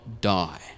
die